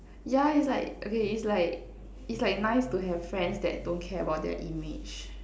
yeah is like okay is like is like nice to have friends that don't care about their image